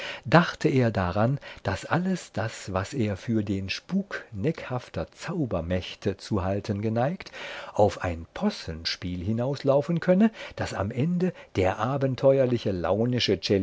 dachte er daran daß alles das was er für den spuk neckhafter zaubermächte zu halten geneigt auf ein possenspiel hinauslaufen könne das am ende der abenteuerliche launische